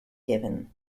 given